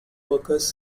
workers